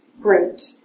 great